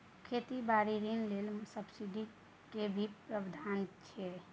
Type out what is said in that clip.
खेती बारी ऋण ले सब्सिडी के भी प्रावधान छै कि?